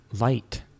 light